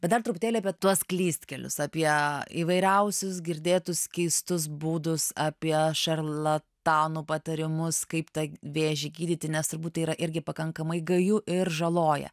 bet dar truputėlį apie tuos klystkelius apie įvairiausius girdėtus keistus būdus apie šarlatanų patarimus kaip tą vėžį gydyti nes turbūt yra irgi pakankamai gaju ir žaloja